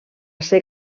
ser